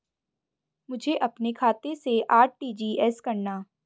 मुझे अपने खाते से आर.टी.जी.एस करना?